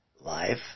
life